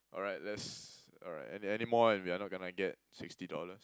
alright let's alright anymore and we're not gonna get sixty dollars